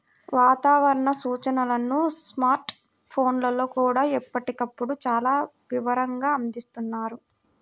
వాతావరణ సూచనలను స్మార్ట్ ఫోన్లల్లో కూడా ఎప్పటికప్పుడు చాలా వివరంగా అందిస్తున్నారు